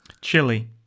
Chili